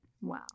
Wow